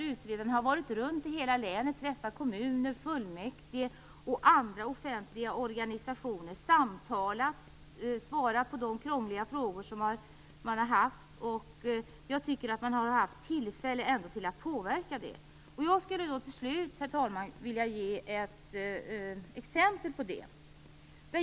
Utredarna har varit runt i hela länet och träffat kommuner, fullmäktige och andra offentliga organisationer. De har samtalat och svarat på de krångliga frågor de har fått. Jag tycker att det har funnits tillfälle att påverka det här. Jag skulle till slut, herr talman, vilja ge ett exempel på detta.